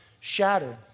shattered